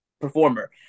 performer